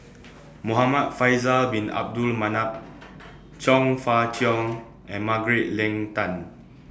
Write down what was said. Muhamad Faisal Bin Abdul Manap Chong Fah Cheong and Margaret Leng Tan